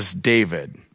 David